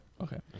Okay